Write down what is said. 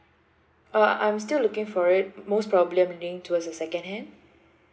uh I'm still looking for it most probably I'm leaning towards the second hand